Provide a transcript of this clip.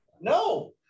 No